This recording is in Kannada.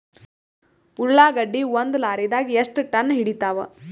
ಉಳ್ಳಾಗಡ್ಡಿ ಒಂದ ಲಾರಿದಾಗ ಎಷ್ಟ ಟನ್ ಹಿಡಿತ್ತಾವ?